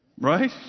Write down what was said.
Right